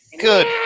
good